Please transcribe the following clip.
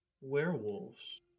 werewolves